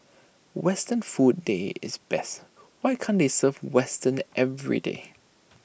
western food day is best why can't they serve western everyday